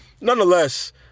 nonetheless